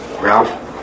Ralph